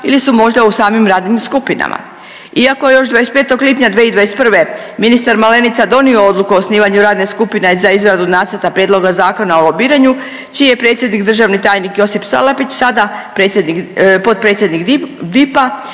ili su možda u samim radnim skupinama. Iako je još 25. lipnja 2021. ministar Malenica donio odluku o osnivanju radne skupine za izradu nacrta prijedloga Zakona o lobiranju čiji je predsjednik državni tajnik Josip Salapić sada predsjednik,